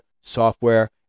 software